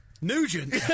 Nugent